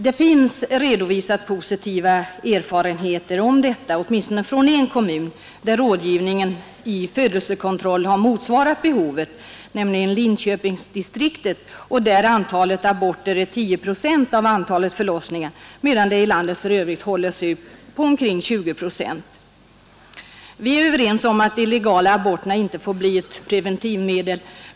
Det finns positiva erfarenheter redovisade, åtminstone från en kommun, där rådgivningen i födelsekontroll har motsvarat behovet, nämligen i Linköpingsdistriktet. Där är antalet aborter 10 procent av antalet förlossningar, medan siffran för landet i övrigt håller sig omkring 20 procent. Vi är överens om att de legala aborterna inte får bli ett preventivmedel.